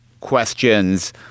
questions